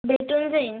भेटून जाईन